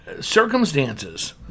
circumstances